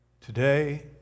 Today